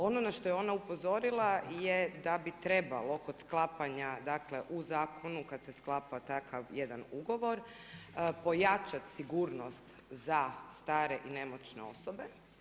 Ono na što je ona upozorila je da bi trebalo kod sklapanja dakle, u zakonu, kad se sklapa takav jedan ugovor, pojačati sigurnost za stare i nemoćne osobe.